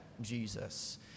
Jesus